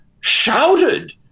shouted